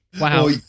Wow